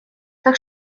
так